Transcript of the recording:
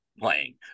playing